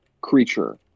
creature